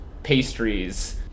Pastries